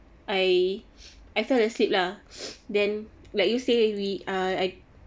I I fell asleep lah then like you say we err I